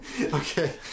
Okay